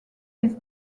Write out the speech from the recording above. his